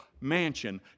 mansion